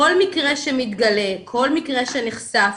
כל מקרה שמתגלה, כל משקרה שנחשף,